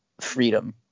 freedom